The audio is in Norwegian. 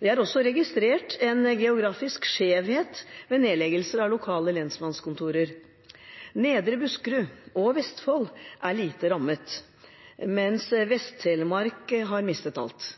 Jeg har også registrert en geografisk skjevhet ved nedleggelser av lokale lensmannskontorer – Nedre Buskerud og Vestfold er lite rammet, mens Vest-Telemark har mistet alt.